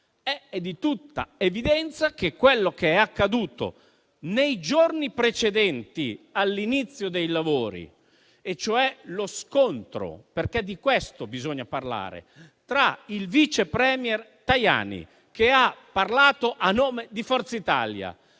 È di tutta evidenza quello che è accaduto nei giorni precedenti all'inizio dei lavori e cioè lo scontro - perché di questo bisogna parlare - tra il vice premier Tajani, che ha parlato a nome di Forza Italia,